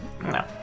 No